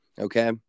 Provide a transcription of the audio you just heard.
Okay